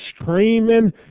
screaming